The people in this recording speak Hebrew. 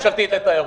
התיירות.